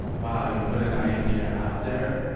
wow, you put an idea out there.